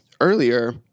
earlier